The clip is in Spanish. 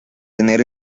tener